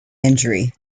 injury